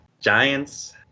Giants